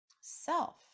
self